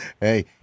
Hey